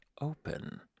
open